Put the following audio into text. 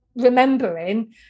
remembering